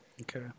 Okay